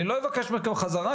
אני לא אבקש מכם חזרה,